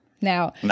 now